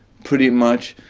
pretty much,